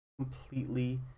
completely